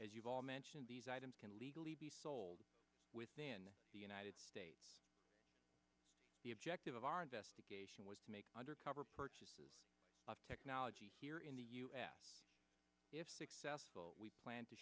as you all mentioned these items can legally be sold within the united states the objective of our investigation was to make undercover purchases of technology here in the u s if successful we plan to